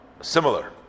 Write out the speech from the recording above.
similar